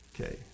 Okay